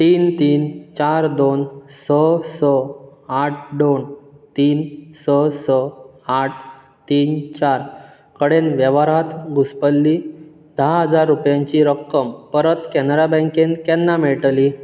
तीन तीन चार दोन स स आठ दोन तीन स स आठ तीन चार कडेन वेव्हारांत घुसपल्ली धा हजार रुपयांची रक्कम परत कॅनरा बँकेंत केन्ना मेळटली